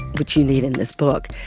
which you need in this book,